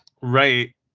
Right